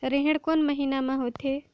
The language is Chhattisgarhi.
रेहेण कोन महीना म होथे?